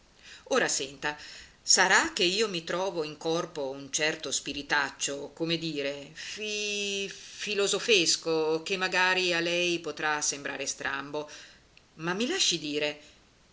ora senta sarà che io mi trovo in corpo un certo spiritaccio come dire fi filosofesco che magari a lei potrà sembrare strambo ma mi lasci dire